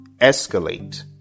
escalate